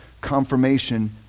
confirmation